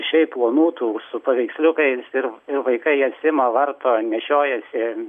šiaip plonų tų su paveiksliukais ir vaikai jas ima varto nešiojasi